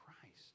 Christ